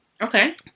Okay